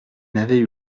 n’avaient